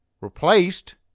replaced